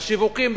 והשיווקים,